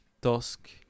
dusk